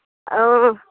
ଆଉ